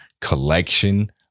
collection